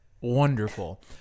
wonderful